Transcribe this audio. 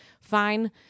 fine